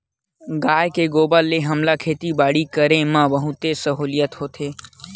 गाय के गोबर ले हमला खेती बाड़ी करे म बहुतेच सहूलियत होथे